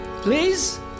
Please